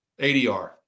ADR